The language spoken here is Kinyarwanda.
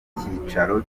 icyiciro